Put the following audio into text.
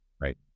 Right